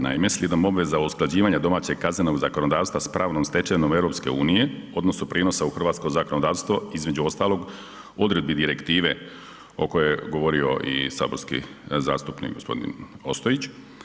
Naime, slijedom obveza usklađivanja domaćeg kaznenog zakonodavstva sa pravnom stečevinom EU, odnosno prijenosa u hrvatsko zakonodavstvo između ostalog odredbi direktive o kojoj je govori i saborski zastupnik gospodin Ostojić.